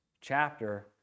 chapter